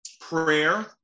prayer